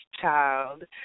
child